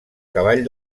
cavall